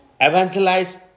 evangelize